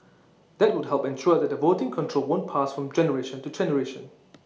that would help ensure that voting control won't pass from generation to generation